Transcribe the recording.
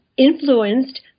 influenced